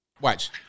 Watch